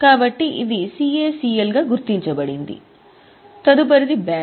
కాబట్టి ఇది CACL గా గుర్తించబడింది తదుపరిది బ్యాంక్